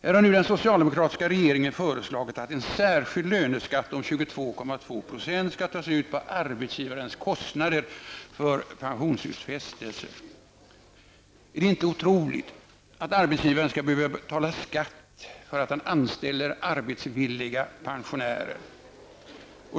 Här har den socialdemokratiska regeringen föreslagit att en särskild löneskatt om 22,2 % skall tas ut på arbetsgivarens kostnader för pensionsutfästelser. Det är ofattbart att arbetsgivaren skall behöva betala skatt för att han anställer arbetsvilliga pensionärer.